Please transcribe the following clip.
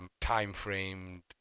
time-framed